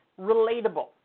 relatable